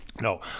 no